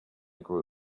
group